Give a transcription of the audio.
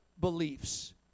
beliefs